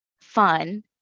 fun